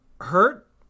hurt